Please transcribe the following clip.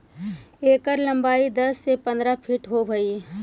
एकर लंबाई दस से पंद्रह फीट होब हई